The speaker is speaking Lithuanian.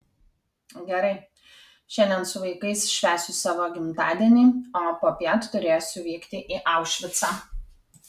gerai šiandien su vaikais švęsiu savo gimtadienį o popiet turėsiu vykti į aušvicą